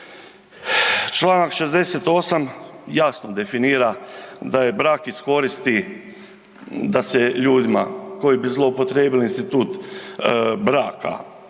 Članak 68. jasno definira da je brak iz koristi da se ljudima koji bi zloupotrijebili institut braka